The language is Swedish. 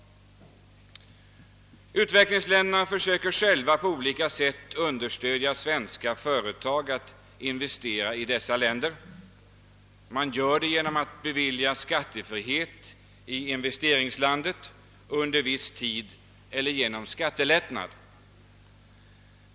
Utvecklingsländerna försöker själva på olika sätt stimulera svenska företag att investera. Man gör det genom att bevilja skattefrihet i investeringslandet under viss tid eller genom en skattelättnad.